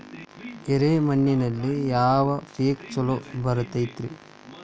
ಎರೆ ಮಣ್ಣಿನಲ್ಲಿ ಯಾವ ಪೇಕ್ ಛಲೋ ಬರತೈತ್ರಿ?